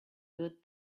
good